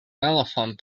elephant